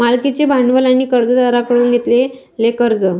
मालकीचे भांडवल आणि कर्जदारांकडून घेतलेले कर्ज